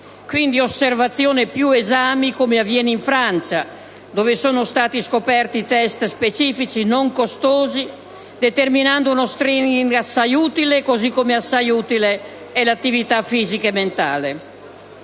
quindi osservazione più esami, come avviene in Francia dove sono stati scoperti test specifici non costosi determinando uno *screening* assai utile, così come assai utile è l'attività fisica e mentale.